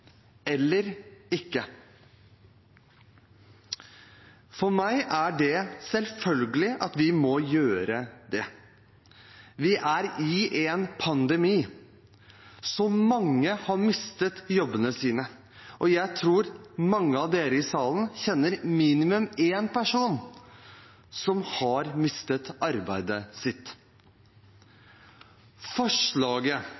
eller ikke. For meg er det selvfølgelig at vi må gjøre det. Vi er i en pandemi. Mange har mistet jobbene sine, og jeg tror mange i denne salen kjenner minimum en person som har mistet arbeidet